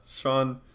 sean